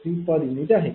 uआहे